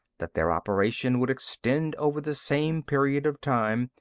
that their operation would extend over the same period of time,